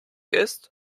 ist